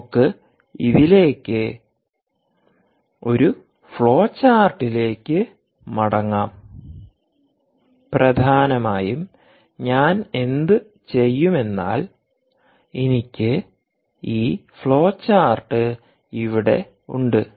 നമുക്ക് ഇതിലേക്ക് ഒരു ഫ്ലോചാർട്ടിലേക്ക് മടങ്ങാം പ്രധാനമായും ഞാൻ എന്തു ചെയ്യുമെന്നാൽഎനിക്ക് ഈ ഫ്ലോചാർട്ട് ഇവിടെ ഉണ്ട്